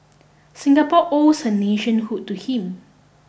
Singapore owes her nationhood to him